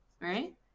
Right